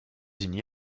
unis